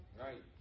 right